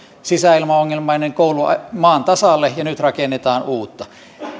sisäilmaongelmainen koulu maan tasalle ja nyt rakennetaan uutta